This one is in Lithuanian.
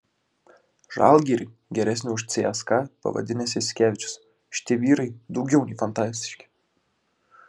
žalgirį geresniu už cska pavadinęs jasikevičius šitie vyrai daugiau nei fantastiški